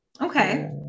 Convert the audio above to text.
Okay